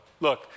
look